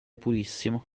purissimo